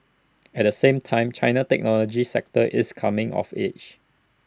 at the same time China's technology sector is coming of age